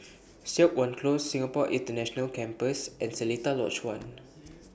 Siok Wan Close Singapore International Campus and Seletar Lodge one